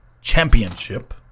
Championship